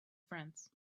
friends